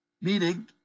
Meaning